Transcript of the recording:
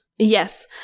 Yes